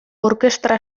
orkestra